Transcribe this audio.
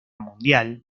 mundial